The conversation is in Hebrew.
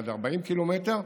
עד 40 קילומטר,